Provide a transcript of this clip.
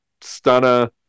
stunner